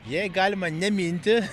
jei galima neminti